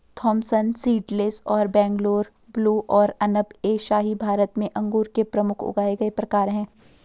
Thompson seedless और Bangalore blue और अनब ए शाही भारत में अंगूर के प्रमुख उगाए गए प्रकार हैं